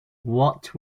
what